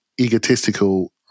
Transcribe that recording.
egotistical